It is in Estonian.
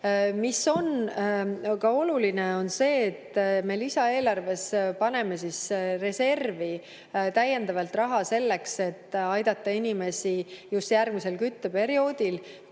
lepitud. Oluline on see, et me lisaeelarves paneme reservi täiendavalt raha selleks, et aidata inimesi just järgmisel kütteperioodil,